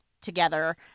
together